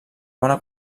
bona